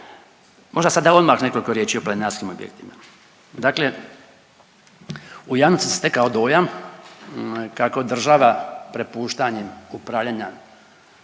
Možda sad da odmah nekoliko riječi o planinarskim objektima. Dakle, u javnosti se stekao dojam kako država prepuštanjem upravljanja